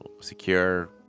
secure